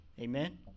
Amen